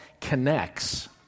connects